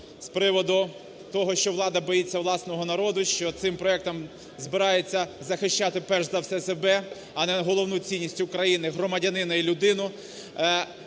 з приводу того, що влада боїться власного народу, що цим проектом збирається захищати перш за все себе, а не головну цінність України – громадянина і людину